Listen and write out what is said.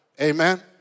amen